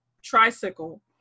tricycle